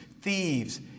thieves